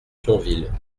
thionville